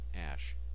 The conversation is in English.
ash